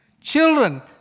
Children